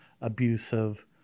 abusive